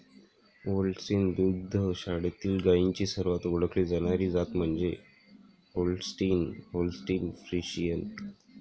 Holstein दुग्ध शाळेतील गायींची सर्वात ओळखली जाणारी जात म्हणजे होल्स्टीन होल्स्टीन फ्रिशियन